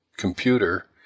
computer